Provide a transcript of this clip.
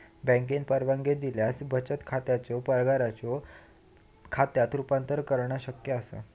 बँकेन परवानगी दिल्यास बचत खात्याचो पगाराच्यो खात्यात रूपांतर करणा शक्य असा